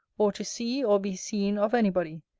or to see or be seen of anybody,